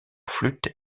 flûte